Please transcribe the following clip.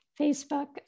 Facebook